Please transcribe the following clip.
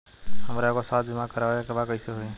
हमरा एगो स्वास्थ्य बीमा करवाए के बा कइसे होई?